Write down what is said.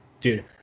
dude